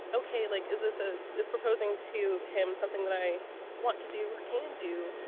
okay, like is this a is proposing to him something that i want to do or can do?